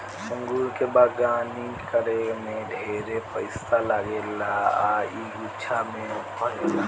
अंगूर के बगानी करे में ढेरे पइसा लागेला आ इ गुच्छा में फरेला